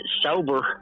sober